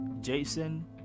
Jason